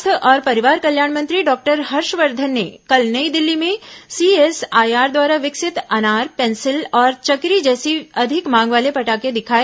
स्वास्थ्य और परिवार कल्याण मंत्री डॉ हर्षवर्धन ने कल नई दिल्ली में सीएसआईआर द्वारा विकसित अनार पेंसिल और चक्करी जैसे अधिक मांग वाले पटाखे दिखाए